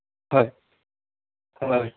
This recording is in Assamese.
হয় হয়